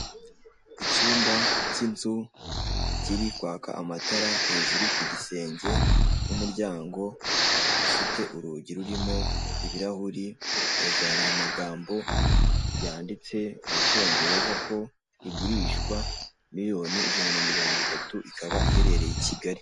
Icyumba k'inzu kiri kwaka amatara hejuru ku gisenge n'umuryango ufite urugi rurimo ibirahure hejuru hari amagambo yanditse mu cyongereza ko igurishwa miriyoni ijana na mirongo itatu ikaba iherereye i Kigali.